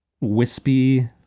wispy